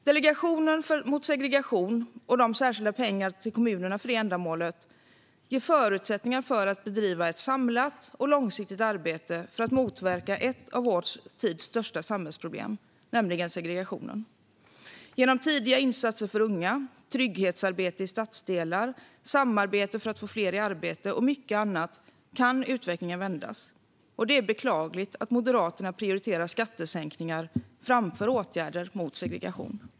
Delegationen mot segregation och de särskilda pengarna till kommunerna för det ändamålet ger förutsättningar för att bedriva ett samlat och långsiktigt arbete för att motverka ett av vår tids största samhällsproblem, nämligen segregationen. Genom tidiga insatser för unga, trygghetsarbete i stadsdelar, samarbete för att få fler i arbete och mycket annat kan utvecklingen vändas. Det är beklagligt att Moderaterna prioriterar skattesänkningar framför åtgärder mot segregation.